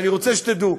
אני רוצה שתדעו: